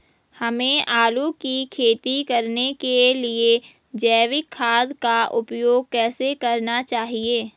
हमें आलू की खेती करने के लिए जैविक खाद का उपयोग कैसे करना चाहिए?